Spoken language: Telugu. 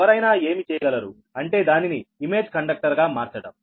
ఎవరైనా ఏమి చేయగలరు అంటే దానిని ఇమేజ్ కండక్టర్ గా మార్చడం